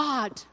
God